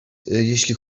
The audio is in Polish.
jeśli